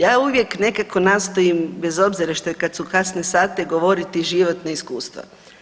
Ja uvijek nekako nastojim bez obzira i što je kad su kasni sati govoriti životna iskustva.